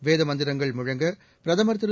வேதமந்திரங்கள் முழங்க பிரதமர் திரு